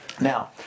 Now